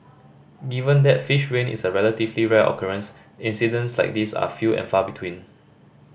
given that fish rain is a relatively rare occurrence incidents like these are few and far between